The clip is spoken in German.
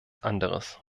anderes